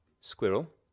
Squirrel